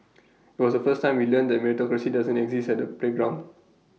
IT was A first time we learnt that meritocracy doesn't exist at the playground